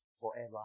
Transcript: forever